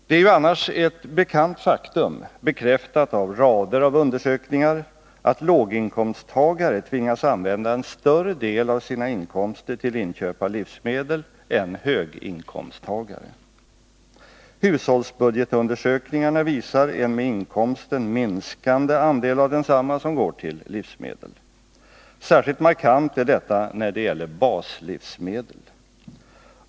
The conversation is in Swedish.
Det är ju annars ett bekant faktum, bekräftat av rader av undersökningar, att låginkomsttagare tvingas använda en större del av sina inkomster till inköp av livsmedel än höginkomsttagare. Hushållsbudgetundersökningarna påvisar en med inkomsten minskande andel av densamma som går till livsmedel. Särskilt markant är detta när det gäller baslivsmedel.